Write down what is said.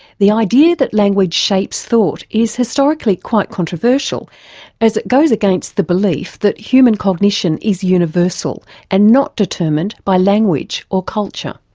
the idea that language shapes thought is historically quite controversial as it goes against the belief that human cognition is universal and not determined by language or culture.